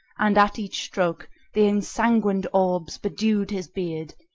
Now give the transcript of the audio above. and at each stroke the ensanguined orbs bedewed his beard,